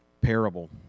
parable